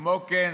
כמו כן,